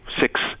six